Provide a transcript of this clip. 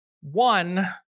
one